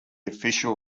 official